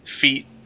Feet